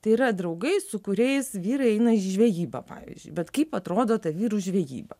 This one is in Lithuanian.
tai yra draugai su kuriais vyrai eina į žvejybą pavyzdžiui bet kaip atrodo ta vyrų žvejyba